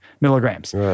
milligrams